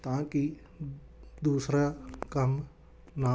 ਤਾਂ ਕਿ ਦੂਸਰਾ ਕੰਮ ਨਾ